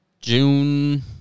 June